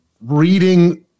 reading